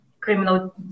criminal